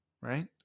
right